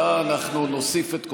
תקלה, אנחנו נוסיף את קולכם,